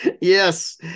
Yes